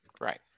right